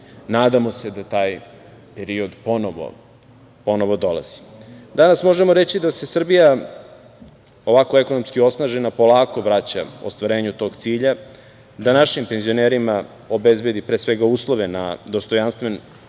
Nadamo se da taj period ponovo dolazi. Danas možemo reći da se Srbija, ovako ekonomski osnažena, polako vraća ostvarenju tog cilja, da našim penzionerima obezbedi, pre svega, uslove da na dostojanstven